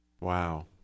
Wow